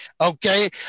okay